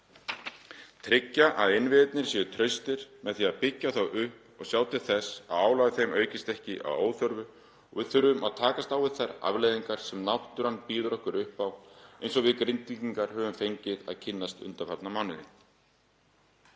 tryggja að innviðirnir séu traustir með því að byggja þá upp og sjá til þess að álag á þeim aukist ekki að óþörfu. Og við þurfum að takast á við þær afleiðingar sem náttúran býður okkur upp á eins og við Grindvíkingar höfum fengið að kynnast undanfarna mánuði.